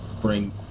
bring